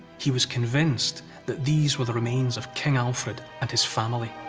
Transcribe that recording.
he was convinced that these were the remains of king alfred and his family.